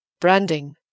Branding